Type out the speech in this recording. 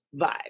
vibe